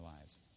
lives